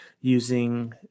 using